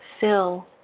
fill